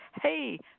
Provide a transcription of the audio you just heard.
hey